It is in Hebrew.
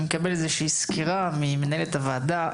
אני מקבל איזושהי סקירה ממנהלת הוועדה,